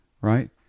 right